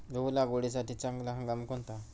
गहू लागवडीसाठी चांगला हंगाम कोणता?